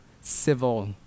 civil